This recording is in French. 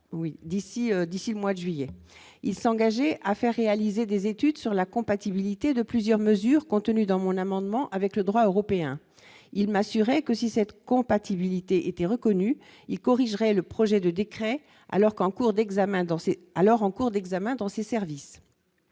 d'ici le mois de juillet, il s'est engagé à faire réaliser des études sur la compatibilité de plusieurs mesures contenues dans mon amendement avec le droit européen, il m'assurer que si cette compatibilité était reconnu il corrigerait le projet de décret alors qu'en cours d'examen danser alors